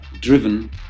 driven